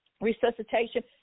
resuscitation –